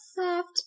soft